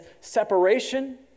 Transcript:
separation